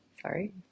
sorry